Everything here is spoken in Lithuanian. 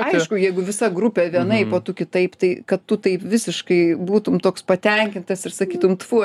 aišku jeigu visa grupė vienaip o tu kitaip tai kad tu tai visiškai būtum toks patenkintas ir sakytum tfu